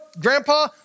grandpa